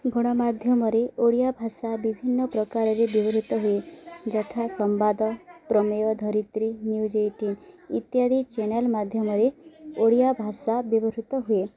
ଗଣମାଧ୍ୟମରେ ଓଡ଼ିଆ ଭାଷା ବିଭିନ୍ନ ପ୍ରକାରରେ ବ୍ୟବହୃତ ହୁଏ ଯଥା ସମ୍ବାଦ ପ୍ରମେୟ ଧରିତ୍ରୀ ନ୍ୟୁଜ୍ ଏଇଟିନ୍ ଇତ୍ୟାଦି ଚ୍ୟାନେଲ୍ ମାଧ୍ୟମରେ ଓଡ଼ିଆ ଭାଷା ବ୍ୟବହୃତ ହୁଏ